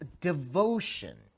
devotion